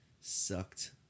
sucked